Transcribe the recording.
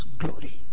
glory